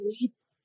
leads